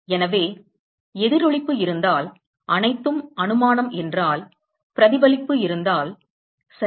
எனவே பிரதிபலிப்பு எதிரொளிப்பு இருந்தால் அனைத்தும் அனுமானம் என்றால் பிரதிபலிப்பு இருந்தால் சரி